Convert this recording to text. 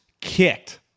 kicked